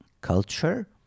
culture